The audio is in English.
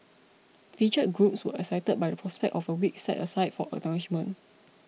featured groups were excited by the prospect of a week set aside for acknowledgement